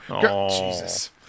Jesus